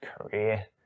career